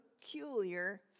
peculiar